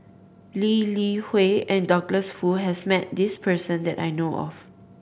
Lee Li Hui and Douglas Foo has met this person that I know of